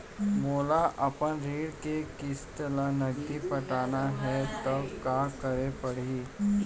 मोला अपन ऋण के किसती ला नगदी पटाना हे ता का करे पड़ही?